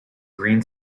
green